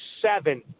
seven